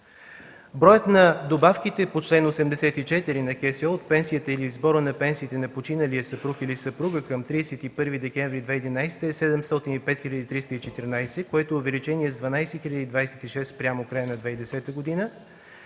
Броят на добавките по чл. 84 на КСО от пенсията или сбора на пенсиите на починалия съпруг или съпруга към 31 декември 2011 г. е 705 314, което е увеличено с 12 026 спрямо края на 2010 г.